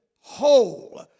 whole